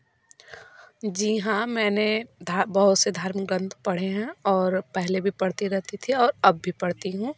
जी हाँ मैंने धा बहुत से धर्म ग्रंथ पढ़े हैं और पहले भी पढ़ती रहती थी और अब भी पढ़ती हूँ